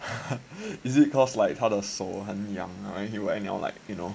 is it cause like 他的手很痒 ah and he will anyhow like you know